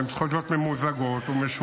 והן צריכות להיות ממוזגות ומשולבות